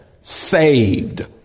saved